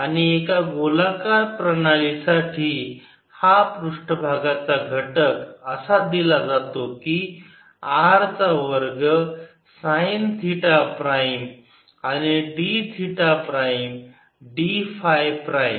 आणि एका गोलाकार प्रणालीसाठी हा पृष्ठभागाचा घटक असा दिला जातो की R चा वर्ग साईन थिटा प्राईम आणि d theta prime d phi prime